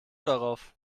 darauf